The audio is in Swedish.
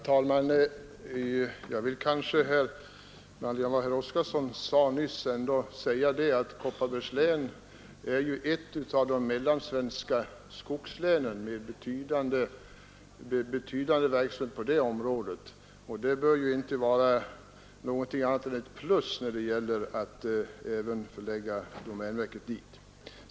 Herr talman! Med anledning av vad herr Oskarson sade nyss vill jag ändå framhålla att Kopparbergs län är ett av de mellansvenska skogslänen med betydande verksamhet på skogsnäringarnas område, och det bör inte vara annat än ett plus när det gäller att förlägga domänverket dit.